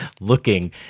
looking